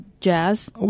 Jazz